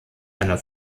einer